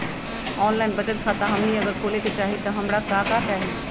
Online बचत खाता हमनी अगर खोले के चाहि त हमरा का का चाहि?